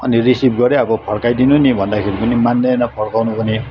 अनि रिसिभ गरेँ अब फर्काइदिनु नि भन्दाखेरि पनि मान्दैन फर्काउनु पनि